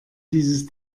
dieses